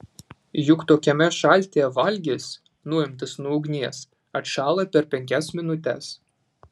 juk tokiame šaltyje valgis nuimtas nuo ugnies atšąla per penkias minutes